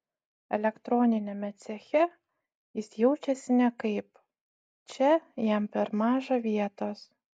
elektroniniame ceche jis jaučiasi nekaip čia jam per maža vietos